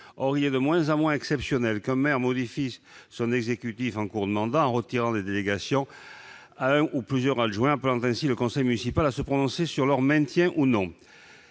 Or il est de moins en moins exceptionnel qu'un maire modifie son exécutif en cours de mandat en retirant des délégations à un ou plusieurs adjoints, appelant ainsi le conseil municipal à se prononcer sur leur maintien ou non.